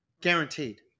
Guaranteed